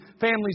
families